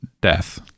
death